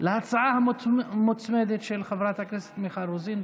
להצעה המוצמדת של חברת הכנסת מיכל רוזין.